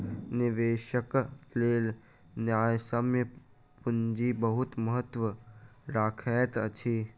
निवेशकक लेल न्यायसम्य पूंजी बहुत महत्त्व रखैत अछि